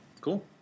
cool